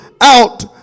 out